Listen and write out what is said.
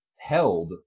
held